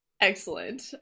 Excellent